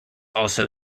also